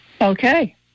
Okay